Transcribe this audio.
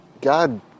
God